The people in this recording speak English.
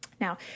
Now